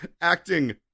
acting